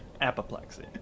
Apoplexy